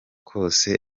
kose